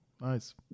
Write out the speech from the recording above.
Nice